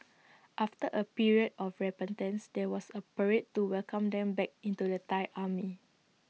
after A period of repentance there was A parade to welcome them back into the Thai army